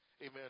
Amen